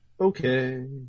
Okay